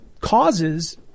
causes